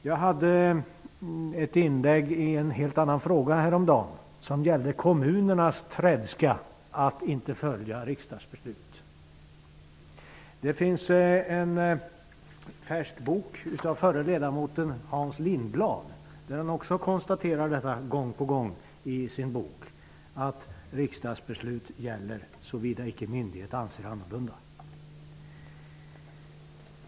Jag gjorde häromdagen ett inlägg i en helt annan fråga, nämligen kommunernas tredska vad avser att följa riksdagsbeslut. I en färsk bok av den förre riksdagsledamoten Hans Lindblad konstateras gång på gång att riksdagsbeslut gäller såvida icke myndighet anser annorlunda.